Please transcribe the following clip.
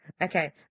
Okay